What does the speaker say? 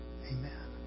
Amen